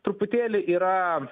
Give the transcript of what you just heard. truputėlį yra